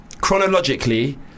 chronologically